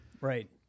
Right